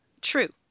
True